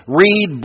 read